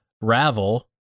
Ravel